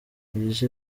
igice